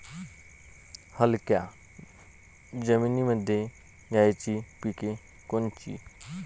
हलक्या जमीनीमंदी घ्यायची पिके कोनची?